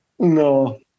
No